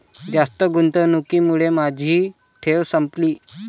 जास्त गुंतवणुकीमुळे माझी ठेव संपली